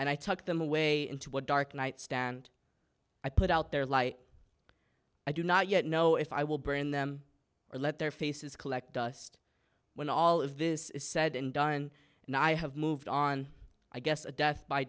and i took them away into a dark night stand i put out there light i do not yet know if i will burn them or let their faces collect dust when all of this is said and done and i have moved on i guess a de